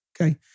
okay